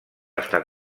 estar